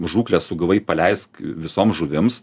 žūklę sugavai paleisk visom žuvims